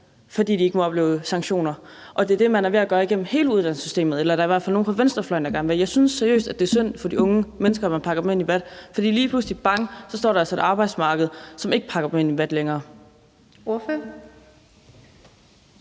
fordi de ikke må opleve sanktioner. Og det er det, man er ved at gøre igennem hele uddannelsessystemet, eller der er i hvert fald nogle på venstrefløjen, der gerne vil det. Jeg synes seriøst, at det er synd for de unge mennesker, at man pakker dem ind i vat, for lige pludselig er de altså på et arbejdsmarked, som ikke pakker dem ind i vat længere.